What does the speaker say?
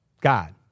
God